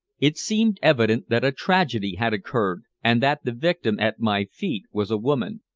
it seemed evident that a tragedy had occurred, and that the victim at my feet was a woman.